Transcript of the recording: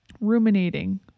Ruminating